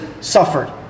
suffered